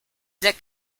the